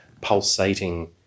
pulsating